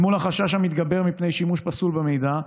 אל מול החשש המתגבר מפני שימוש פסול במידע,